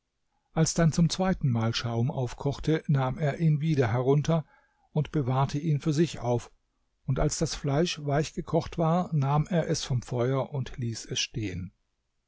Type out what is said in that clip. als dann zum zweiten mal schaum aufkochte nahm er ihn wieder herunter und bewahrte ihn für sich auf und als das fleisch weichgekocht war nahm er es vom feuer und ließ es stehen